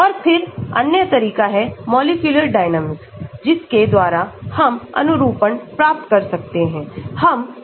और फिर अन्य तरीका है मॉलिक्यूलर डायनेमिक जिसके द्वारा हम अनुरूपण प्राप्त कर सकते हैं